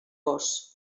vós